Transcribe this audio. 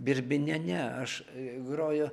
birbyne ne aš groju